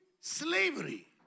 slavery